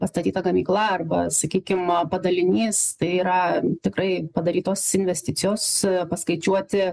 pastatyta gamykla arba sakykim padalinys tai yra tikrai padarytos investicijos paskaičiuoti